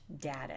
data